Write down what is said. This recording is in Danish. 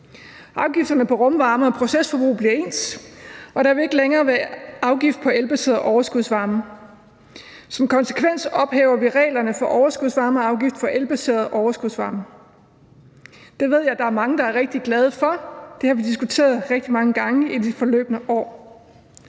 Afgifterne på rumvarme og procesforbrug bliver ens, og der vil ikke længere være afgift på elbaseret overskudsvarme. Som konsekvens ophæver vi reglerne for overskudsvarmeafgift for elbaseret overskudsvarme. Det ved jeg at der er mange der er rigtig glade for – det har vi diskuteret rigtig mange gange i de forløbne år.